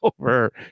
over